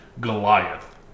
Goliath